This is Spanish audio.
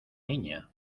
niña